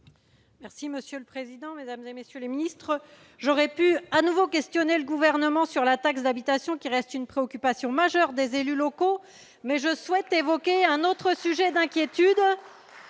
Merci monsieur le président, Mesdames et messieurs les Ministres, j'aurais pu à nouveau questionner le gouvernement sur la taxe d'habitation qui reste une préoccupation majeure des élus locaux mais je souhaitais évoquer un autre sujet d'inquiétude,